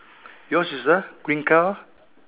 yours is a green car